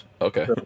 Okay